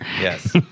Yes